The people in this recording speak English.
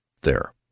There